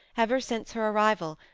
ever since her arrival,